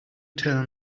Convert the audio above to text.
tell